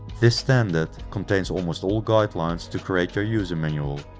this standard contains almost all guidelines to create your use manual,